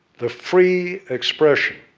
the free expression